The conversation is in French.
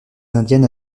indiennes